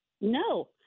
No